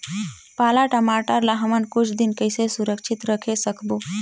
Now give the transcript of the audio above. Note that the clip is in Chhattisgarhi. पाला टमाटर ला हमन कुछ दिन कइसे सुरक्षित रखे सकबो?